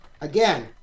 again